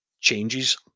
changes